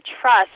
trust